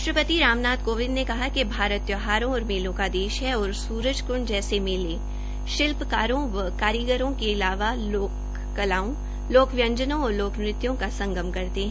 राष्ट्रपति रामनाथ कोविंद ने कहा कि भारत त्यौहारों और मेलों का देश है और सुरजकंड जैसे मेले शिल्पकारों व हथकरघा कारीगरों के अलावा लोक कलाओं लोक व्यंजनों और लोक नृत्यों का संगम करते हैं